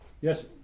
Yes